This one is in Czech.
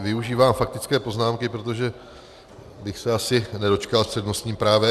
Využívám faktické poznámky, protože bych se asi nedočkal s přednostním právem.